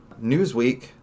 Newsweek